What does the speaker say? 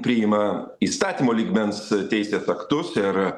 priima įstatymo lygmens teisės aktus ir